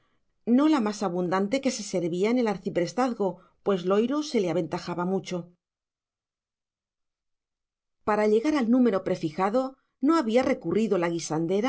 no la más abundante que se servía en el arciprestazgo pues loiro se le aventajaba mucho para llegar al número prefijado no había recurrido la